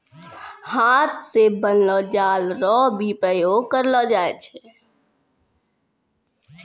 हाथ से बनलो जाल रो भी प्रयोग करलो जाय छै